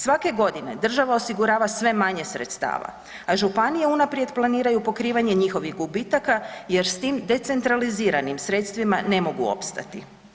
Svake godine država osigurava sve manje sredstava, a županije unaprijed planiraju pokrivanje njihovih gubitaka jer s tim decentraliziranim sredstvima ne mogu opstati.